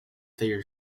thayer